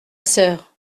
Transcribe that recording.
sœur